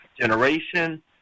generation